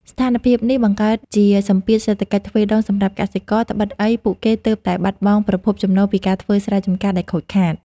ស្ថានភាពនេះបង្កើតជាសម្ពាធសេដ្ឋកិច្ចទ្វេដងសម្រាប់កសិករ ត្បិតអីពួកគេទើបតែបាត់បង់ប្រភពចំណូលពីការធ្វើស្រែចម្ការដែលខូចខាត។